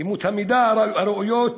אמות המידה הראויות